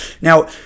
Now